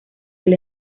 del